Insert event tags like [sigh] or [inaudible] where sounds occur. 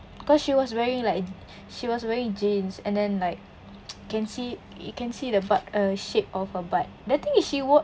cause she was wearing like she was wearing jeans and then like [noise] can see you can see the butt uh shape of her butt the thing is she wore